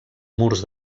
murs